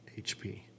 HP